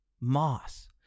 moss